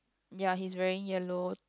ya he's wearing yellow